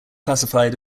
classified